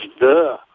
duh